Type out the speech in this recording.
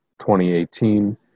2018